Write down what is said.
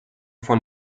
von